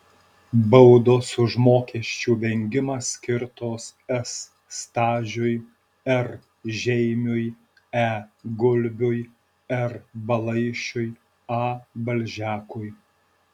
baudos už mokesčių vengimą skirtos s stažiui r žeimiui e gulbiui r balaišiui a balžekui